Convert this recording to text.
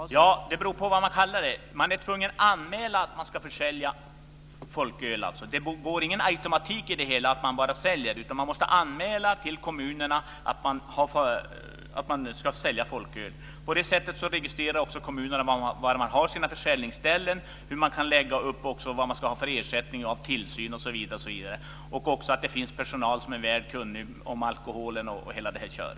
Fru talman! Det beror på vad man kallar det. Man är tvungen att göra en anmälan om man ska försälja folköl. Det finns alltså ingen automatik i det hela. Man måste anmäla till kommunen att man ska sälja folköl. Då registrerar kommunen alla försäljningsställen, beräknar ersättningen för tillsynen och ser till att det finns personal som är väl kunnig i alkoholfrågor.